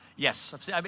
Yes